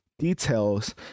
details